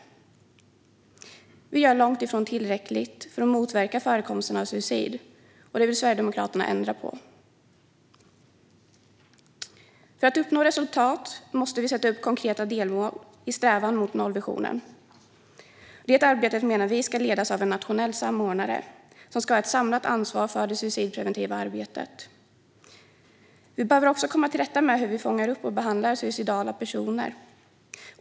Det görs långt ifrån tillräckligt för att motverka förekomsten av suicid, och det vill Sverigedemokraternas ändra på. För att uppnå resultat måste det sättas upp konkreta delmål i strävan mot nollvisionen. Det arbetet menar vi ska ledas av en nationell samordnare som ska ha ett samlat ansvar för det suicidpreventiva arbetet. Vi behöver också komma till rätta med hur vi fångar upp och behandlar suicidala personer.